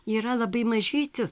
yra labai mažyti